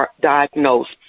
diagnosed